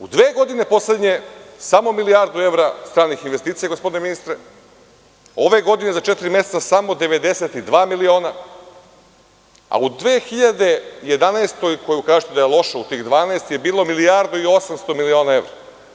U poslednje dve godine samo milijardu evra stranih investicija, gospodine ministre, a ove godine za četiri meseca samo 92 miliona, a u 2011. godini, za koju kažete da je loša u tih 12, je bilo milijardu i 800 miliona evra.